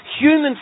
human